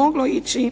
moglo ići,